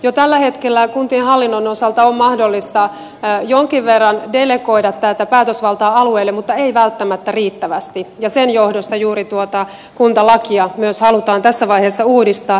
jo tällä hetkellä kuntien hallinnon osalta on mahdollista jonkin verran delegoida tätä päätösvaltaa alueille mutta ei välttämättä riittävästi ja sen johdosta juuri tuota kuntalakia myös halutaan tässä vaiheessa uudistaa